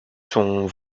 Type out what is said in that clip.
sont